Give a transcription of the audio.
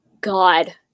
God